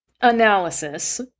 analysis